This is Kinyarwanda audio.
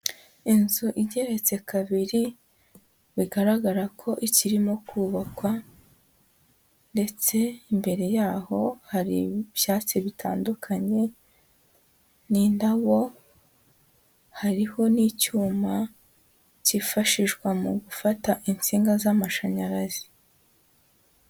Inzu igeretse kabiri, bigaragara ko ikirimo kubakwa, ndetse imbere y'aho hari ibyatsi bitandukanye n'indabo, hariho n'icyuma cyifashishwa mu gufata insinga z'amashanyarazi.